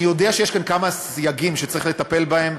אני יודע שיש כאן כמה סייגים שצריך לטפל בהם,